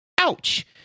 ouch